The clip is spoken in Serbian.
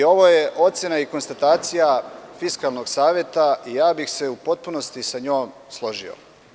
Ovo je ocena i konstatacija Fiskalnog saveta i ja bih se u potpunosti sa njom složio.